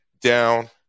down